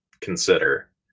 consider